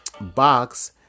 box